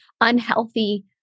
unhealthy